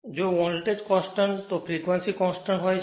જો voltage constant તો frequency constant હોય છે